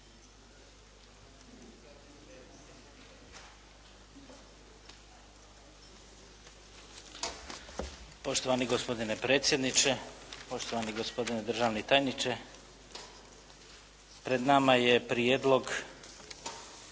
Poštovani gospodine predsjedniče, poštovani gospodine državni tajniče. Pred nama je Prijedlog